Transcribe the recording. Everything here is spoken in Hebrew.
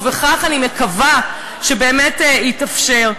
ובכך אני מקווה שבאמת יתאפשר,